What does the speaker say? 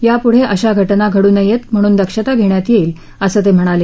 यापुढे अशा घटना घडू नये म्हणून दक्षता घेण्यात येईल असं ते म्हणाले